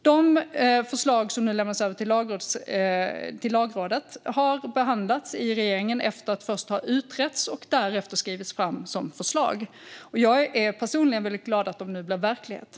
De förslag som nu lämnas över till Lagrådet har behandlats av regeringen efter att först ha utretts och därefter skrivits fram som förslag. Jag är personligen väldigt glad att de nu blir verklighet.